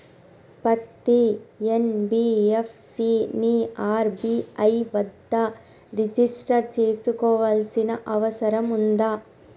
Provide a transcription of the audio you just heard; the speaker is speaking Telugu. పత్తి ఎన్.బి.ఎఫ్.సి ని ఆర్.బి.ఐ వద్ద రిజిష్టర్ చేసుకోవాల్సిన అవసరం ఉందా?